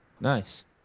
Nice